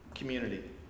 Community